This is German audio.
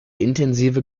intensive